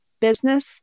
business